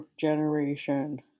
generation